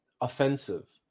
offensive